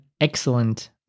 excellent